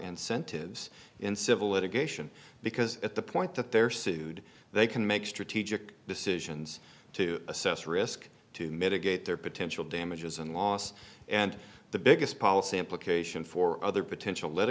us in civil litigation because at the point that they're sued they can make strategic decisions to assess risk to mitigate their potential damages and loss and the biggest policy implication for other potential